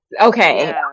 Okay